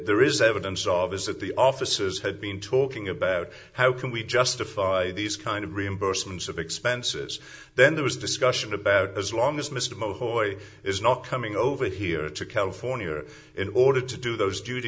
there is evidence of is that the officers had been talking about how can we justify these kind of reimbursements of expenses then there was discussion about as long as mr moholi is not coming over here to california or in order to do those dut